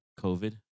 COVID